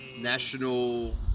national